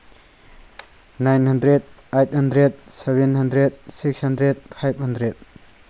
nine hundred eight hundred seven hundred six hundred five hundred